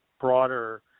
broader